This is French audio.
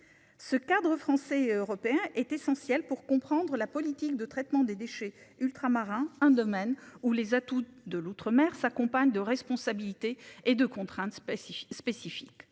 Ce cadre français européen est essentielle pour comprendre la politique de traitement des déchets ultramarins un domaine. Ou les atouts de l'outre-mer s'accompagne de responsabilités et de contrainte spécifique